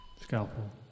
Scalpel